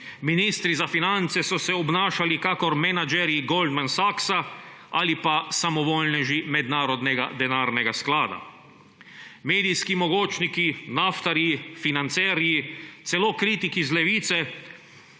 ministri za finance so se obnašali kakor menedžerji Goldmana Sachsa ali pa samovoljneži Mednarodnega denarnega sklada, medijski mogočniki, naftarji, financerji, celo kritiki iz levice